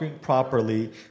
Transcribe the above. properly